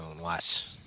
Watch